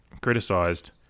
criticised